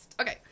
Okay